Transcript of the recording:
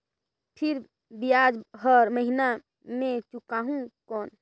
फिर ब्याज हर महीना मे चुकाहू कौन?